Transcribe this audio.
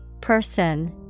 Person